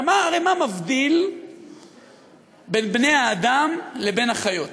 הרי מה מבדיל בין בני-האדם לבין החיות?